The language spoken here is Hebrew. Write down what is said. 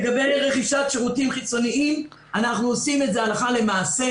לגבי רכישת שירותים חיצוניים אנחנו עושים את זה הלכה למעשה.